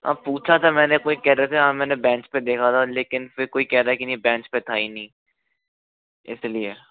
हाँ पूछा था मैंने कोई कह रहे थे हाँ मैंने बेंच पे देखा था लेकिन फिर कोई कह रहा है कि नहीं बेंच पे था ही नहीं इसलिए